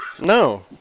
No